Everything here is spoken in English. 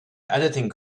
editing